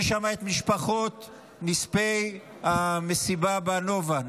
יש שם את משפחות נספי מסיבת הנובה.